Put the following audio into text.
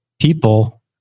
people